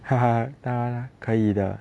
哈哈当然可以的